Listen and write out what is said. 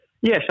Yes